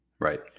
Right